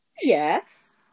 yes